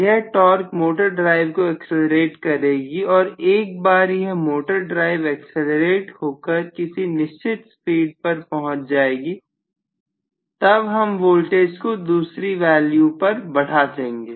यह torque motor drive को accelerate करेगी और एक बार यह मोटर ड्राइव एक्सीलरेट होकर किसी निश्चित स्पीड पर पहुंच जाएगी तब हम वोल्टेज को दूसरी वाली ऊपर बढ़ा लेंगे